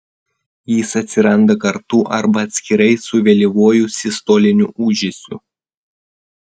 jis atsiranda kartu arba atskirai su vėlyvuoju sistoliniu ūžesiu